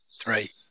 Three